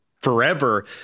forever